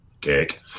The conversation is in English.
cake